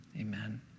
Amen